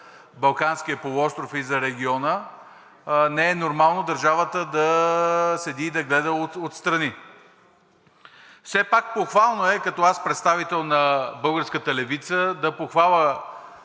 Балканския полуостров и за региона, не е нормално държавата да седи и да гледа отстрани. Все пак похвално е и аз като представител на българската левица да похваля